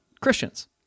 Christians